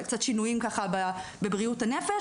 היו קצת שינויים בבריאות הנפש,